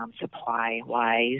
supply-wise